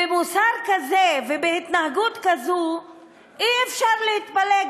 בהתנהגות כזאת אי-אפשר להתפלא,